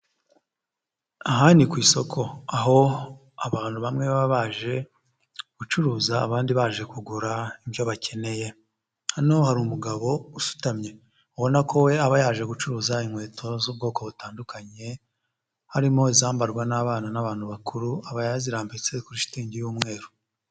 Aha ni ku isoko, aho abantu bamwe baba baje gucuruza abandi baje kugura ibyo bakeneye, hano hari umugabo usutamye ubona ko we aba yaje gucuruza inkweto z'ubwoko butandukanye harimo izambarwa n'abana n'abantu bakuru, aba yazirarambitse kuri shitingi y'umweru.